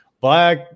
black